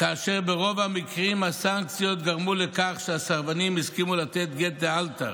ברוב המקרים הסנקציות גרמו לכך שהסרבנים הסכימו לתת גט לאלתר,